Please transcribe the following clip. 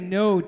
no